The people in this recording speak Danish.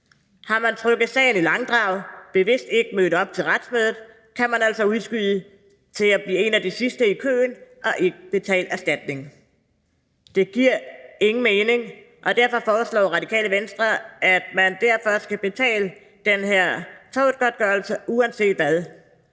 Har man trukket sagen i langdrag, er bevidst ikke mødt op til retsmødet, kan man altså udskyde det til at blive en af de sidst i køen og ikke betale erstatning. Det giver ingen mening, og derfor foreslår Radikale Venstre, at man skal betale den her tortgodtgørelse uanset hvad,